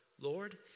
Lord